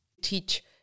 teach